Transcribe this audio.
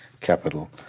capital